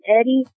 Eddie